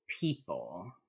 people